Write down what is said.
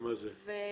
כמה זה במספר?